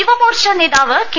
യുവമോർച്ച നേതാവ് കെ